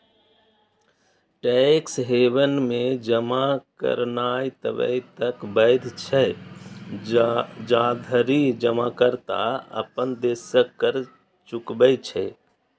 tax haven मे जमा करनाय तबे तक वैध छै, जाधरि जमाकर्ता अपन देशक कर चुकबै छै